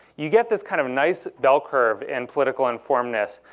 you get this kind of nice bell curve in political informedness.